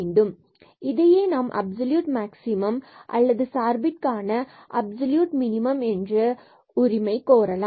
பின்பு நாம் இதையே அப்ஸொலியூட் மேக்ஸிமம் அல்லது சார்பிலான அப்சல்யூட் மினிமம் என்று உரிமை கோரலாம்